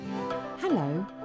Hello